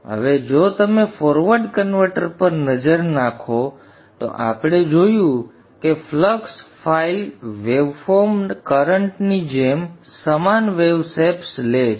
હવે જો તમે ફોરવર્ડ કન્વર્ટર પર નજર નાખો તો આપણે જોયું કે flux file waveform current ની જેમ સમાન વેવ શેપ્સ લે છે